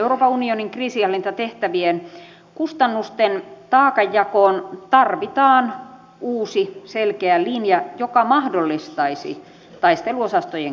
euroopan unionin kriisinhallintatehtävien kustannusten taakanjakoon tarvitaan uusi selkeä linja joka mahdollistaisi taisteluosastojen käytön